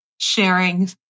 sharing